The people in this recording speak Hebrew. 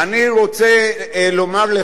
אני רוצה לומר לך,